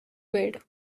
weed